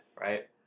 right